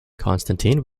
constantine